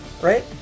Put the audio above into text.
right